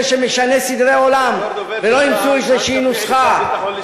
שמשנה סדרי עולם ולא ימצאו איזושהי נוסחה.